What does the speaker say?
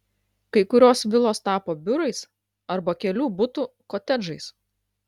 kai kurios vilos tapo biurais arba kelių butų kotedžais